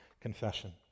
Confession